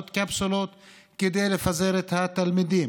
בהם קפסולות כדי לפזר את התלמידים.